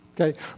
okay